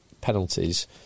penalties